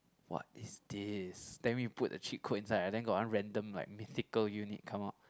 what is this then we put the cheat code inside and then got one random like mystical unit come out